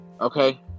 okay